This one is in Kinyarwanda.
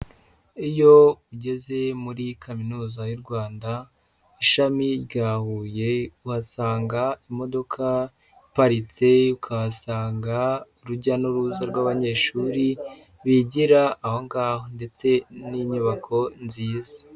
Iyo ugeze muri Kaminuza y'u Rwanda ishami rya Huye uhasanga imodoka iparitse, ukahasanga urujya n'uruza rw'abanyeshuri bigira aho ngaho ndetse n'inyubako nziza.